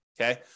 okay